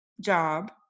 job